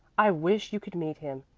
i wish you could meet him.